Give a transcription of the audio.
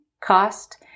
cost